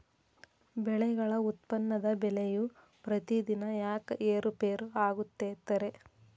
ಬೆಳೆಗಳ ಉತ್ಪನ್ನದ ಬೆಲೆಯು ಪ್ರತಿದಿನ ಯಾಕ ಏರು ಪೇರು ಆಗುತ್ತೈತರೇ?